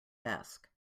desk